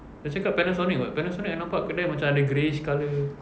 dia cakap panasonic [what] panasonic I nampak kedai macam ada greyish colour